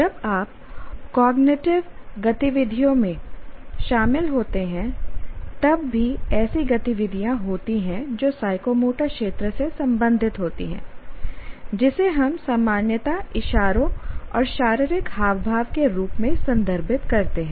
जब आप कॉग्निटिव गतिविधियों में शामिल होते हैं तब भी ऐसी गतिविधियाँ होती हैं जो साइकोमोटर क्षेत्र से संबंधित होती हैं जिसे हम सामान्यतः इशारों और शारीरिक हाव भाव के रूप में संदर्भित करते हैं